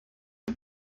det